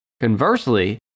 Conversely